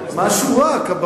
משהו רע קורה בספורט הישראלי.